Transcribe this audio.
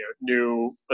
new